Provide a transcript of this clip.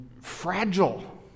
fragile